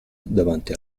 davanti